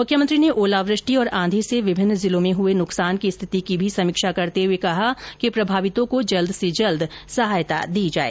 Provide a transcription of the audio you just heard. मुख्यमंत्री ने ओलावृष्टि और आंधी से विभिन्न जिलों में हुए नुकसान की स्थिति की भी समीक्षा करते हुए निर्देश दिए कि प्रभावितों को जल्द से जल्द सहायता दी जाए